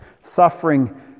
Suffering